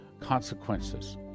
consequences